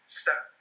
step